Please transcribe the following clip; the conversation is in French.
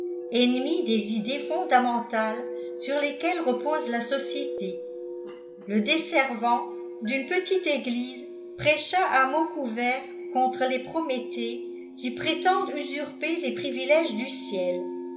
ennemi des idées fondamentales sur lesquelles repose la société le desservant d'une petite église prêcha à mots couverts contre les prométhées qui prétendent usurper les privilèges du ciel